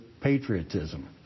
patriotism